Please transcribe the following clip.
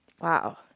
Wow